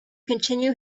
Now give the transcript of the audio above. continue